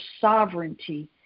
sovereignty